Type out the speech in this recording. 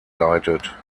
leitet